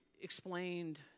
explained